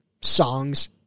songs